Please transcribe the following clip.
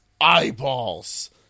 eyeballs